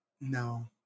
No